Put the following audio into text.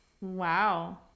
Wow